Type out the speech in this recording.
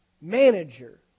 manager